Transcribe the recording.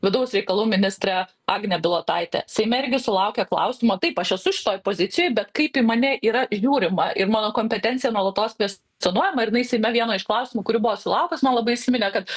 vidaus reikalų ministrė agnė bilotaitė seime irgi sulaukė klausimo taip aš esu šitoj pozicijoj bet kaip į mane yra žiūrima ir mano kompetencija nuolatos kvestionuojama ir jinai seime vieną iš klausimų kurių buvo sulaukus man labai įsiminė kad